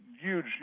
huge